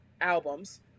albums